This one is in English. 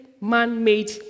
man-made